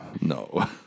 no